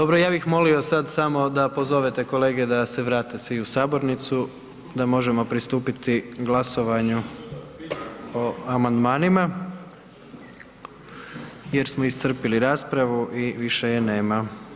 Dobro, ja bih molio sad samo da pozovete kolege da se vrate svi u sabornicu da možemo pristupiti glasovanju o amandmanima jer smo iscrpili raspravu i više je nema.